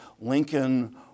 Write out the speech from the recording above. Lincoln